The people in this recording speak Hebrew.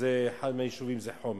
ואחד מהיישובים זה חומש.